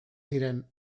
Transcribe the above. ziren